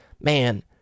man